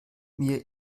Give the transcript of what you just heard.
mir